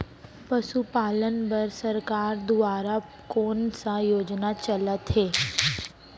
पशुपालन बर सरकार दुवारा कोन स योजना चलत हे?